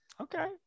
Okay